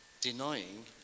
denying